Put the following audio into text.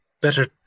better